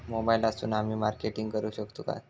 मोबाईलातसून आमी मार्केटिंग करूक शकतू काय?